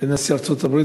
לנשיא ארצות-הברית,